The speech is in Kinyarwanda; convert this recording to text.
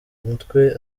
umutwe